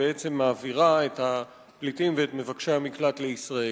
ובעצם מעבירה את הפליטים ואת מבקשי המקלט לישראל.